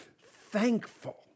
thankful